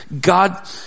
God